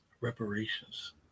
Reparations